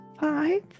Five